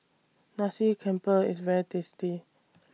Nasi Campur IS very tasty